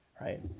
right